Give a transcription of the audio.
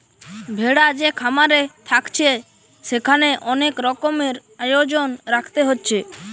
ভেড়া যে খামারে থাকছে সেখানে অনেক রকমের আয়োজন রাখতে হচ্ছে